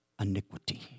iniquity